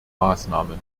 maßnahmen